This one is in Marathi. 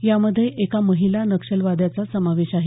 या मध्ये एका महिला नक्षलवाद्याचा समावेश आहे